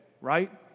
right